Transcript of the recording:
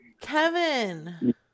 kevin